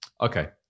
Okay